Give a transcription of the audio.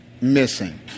missing